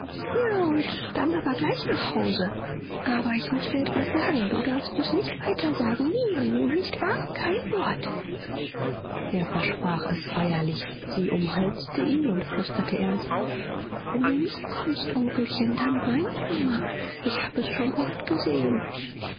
ja und dann aber gleich nach hause aber ich muß dir etwas sagen du darfst es nicht weiter sagen niemandem nicht wahr kein wort er versprach es feierlich sie umhalste ihn und flüsterte ernst wenn du nicht kommst onkelchen dann weint mama ich habe es schon oft gesehen